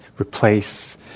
replace